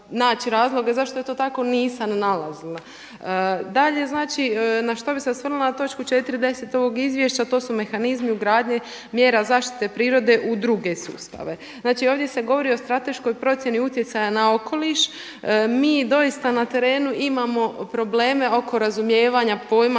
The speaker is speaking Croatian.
zašto je to tako nisam nalazila. Dalje znači na što bih se osvrnula na točku 4.10 ovog izvješća to su mehanizmi ugradnje mjera zaštite prirode u druge sustave. Znači, ovdje se govori o strateškoj procjeni utjecaja na okoliš. Mi doista na terenu imamo probleme oko razumijevanja pojma